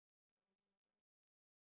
they are the neighbours